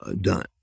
done